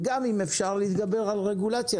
וגם אם אפשר להתגבר על רגולציה,